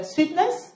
Sweetness